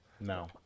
No